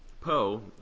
Poe